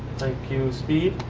thank you, speed.